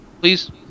Please